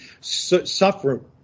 suffer